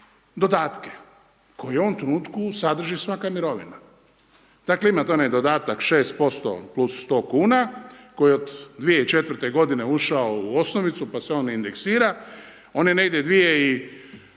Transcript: dodatke koji u ovom trenutku sadrži svaka mirovina. Dakle, imate onaj dodatak 6% plus 100 kuna koji je od 2004. godine ušao u osnovicu pa se on indeksira. On je negdje 2004.